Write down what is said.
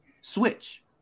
switch